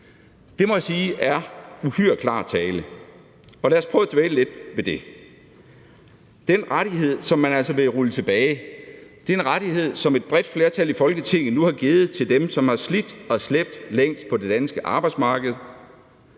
Det må jeg sige er uhyre klar tale, og lad os prøve at dvæle lidt ved det. Den rettighed, som man altså vil rulle tilbage, er en rettighed, som et bredt flertal i Folketinget nu har givet til dem, som har slidt og slæbt længst på det danske arbejdsmarked.